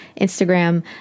Instagram